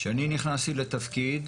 כשאני נכנסתי לתפקיד,